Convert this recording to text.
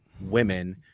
women